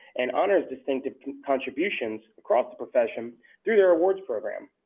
and honors distinctive contributions across the profession through their awards program.